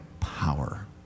power